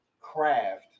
craft